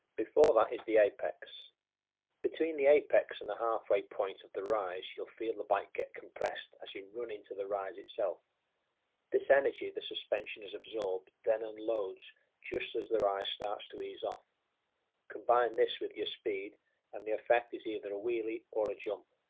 before that is the apex between the apex and the halfway point of the rise you'll feel the bike get compressed as you run into the rise itself this energy the suspension has absorbed then unloads just as the rise starts to ease off combine this with your speed and the effect is either a wheelie or a jump,